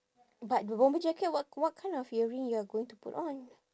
but the bomber jacket what what kind of earring you are going to put on